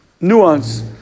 nuance